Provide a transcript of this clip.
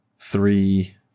Three